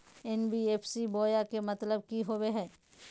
NBFC बोया के मतलब कि होवे हय?